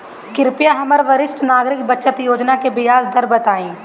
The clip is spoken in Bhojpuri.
कृपया हमरा वरिष्ठ नागरिक बचत योजना के ब्याज दर बताइं